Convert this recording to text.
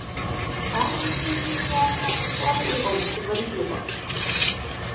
permainingai susiklostė šuolių į aukštį varžybos